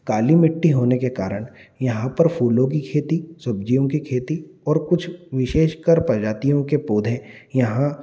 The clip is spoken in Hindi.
काली मिट्टी होने के कारण यहाँ पर फ़ूलों की खेती सब्जियों की खेती और कुछ विशेषकर प्रजातियों के पौधे यहाँ